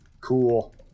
Cool